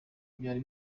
byari